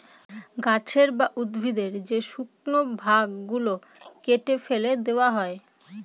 গাছের বা উদ্ভিদের যে শুকনো ভাগ গুলো কেটে ফেলে দেওয়া হয়